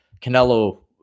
Canelo